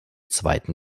zweiten